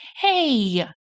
Hey